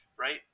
Right